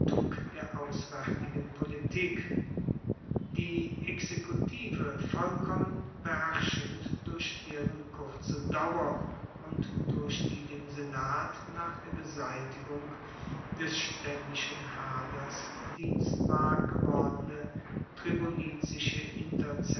der auswaertigen politik die exekutive vollkommen beherrschend durch deren kurze dauer und durch die dem senat nach der beseitigung des staendischen haders dienstbar gewordene